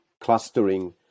clustering